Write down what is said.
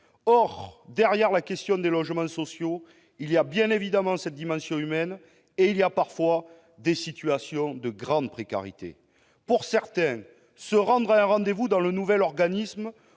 Or, derrière la question des logements sociaux, il y a bien évidemment cette dimension humaine, et parfois des situations de grande précarité. Pour certains, se rendre à un rendez-vous au siège du nouvel organisme